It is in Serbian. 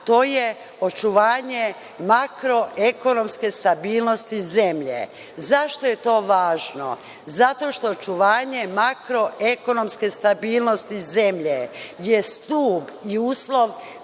to je očuvanje makroekonomske stabilnost zemlje. Zašto je to važno? Zato što očuvanje makroekonomske stabilnosti zemlje je stub i uslov